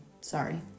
sorry